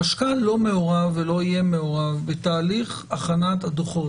החשכ"ל לא מעורב ולא יהיה מעורב בתהליך הכנת הדוחות.